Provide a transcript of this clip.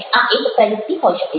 આ એક પ્રયુક્તિ હોઇ શકે છે